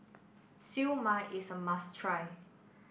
Siew Mai is a must try